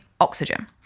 oxygen